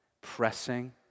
pressing